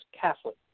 Catholic